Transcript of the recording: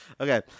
Okay